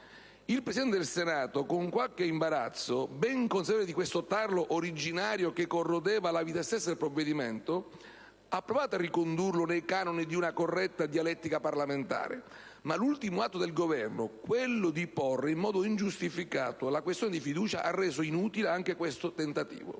Il Presidente del Senato, con qualche imbarazzo, ben consapevole di questo tarlo originario, che corrodeva la vita stessa del provvedimento, ha provato a ricondurlo ai canoni di una corretta dialettica parlamentare, ma l'ultimo atto del Governo - quello di porre in modo ingiustificato la questione di fiducia - ha reso inutile anche questo tentativo.